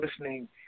listening